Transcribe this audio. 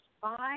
five